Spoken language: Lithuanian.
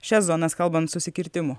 šias zonas kalbant susikirtimų